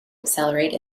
accelerate